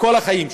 כל החיים שלי,